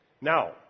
Now